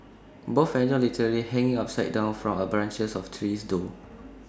both enjoy literally hanging upside down from branches of trees though